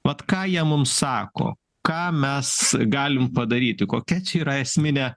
vat ką jie mums sako ką mes galim padaryti kokia yra esminė